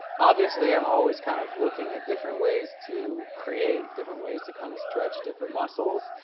obviously, i'm always kind of looking at different ways to create, different ways to kind of stretch different muscles,